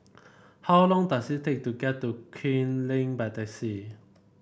how long does it take to get to Kew Lane by taxi